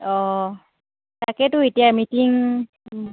অঁ তাকেতো এতিয়া মিটিং